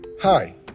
Hi